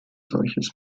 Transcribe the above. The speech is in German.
solches